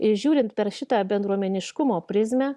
žiūrint per šitą bendruomeniškumo prizmę